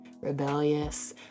rebellious